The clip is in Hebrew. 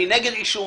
אני נגד עישון,